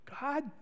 God